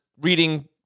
reading